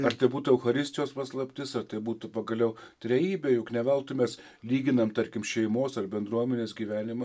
ar tai būtų eucharistijos paslaptis ar tai būtų pagaliau trejybė juk ne veltui mes lyginame tarkim šeimos ar bendruomenės gyvenimą